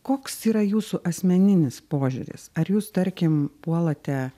koks yra jūsų asmeninis požiūris ar jūs tarkim puolate